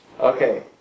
Okay